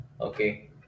Okay